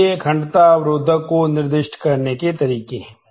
तो ये अखंडता अवरोधक को निर्दिष्ट करने के तरीके हैं